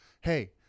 Hey